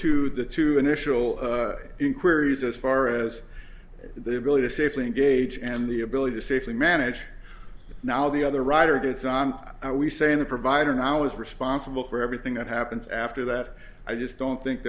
two the two initial inquiries as far as they're really to safely engage and the ability to safely manage now the other rider gets on we say in the provider now is responsible for everything that happens after that i just don't think